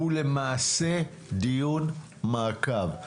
הדיון הזה הוא למעשה דיון מעקב.